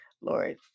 Lord